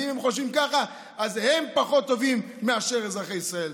ואם הם חושבים ככה אז הם פחות טובים מאשר אזרחי ישראל.